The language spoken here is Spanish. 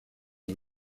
del